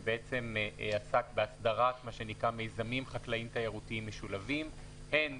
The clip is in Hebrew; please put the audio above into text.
שעסק בהסדרת מיזמים חקלאיים תיירותיים משולבים, הן